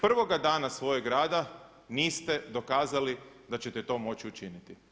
Prvoga dana svojeg rada niste dokazali da ćete to moći učiniti.